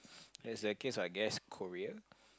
yes that case I guess Korea